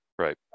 Right